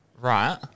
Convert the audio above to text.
Right